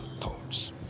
thoughts